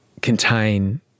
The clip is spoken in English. contain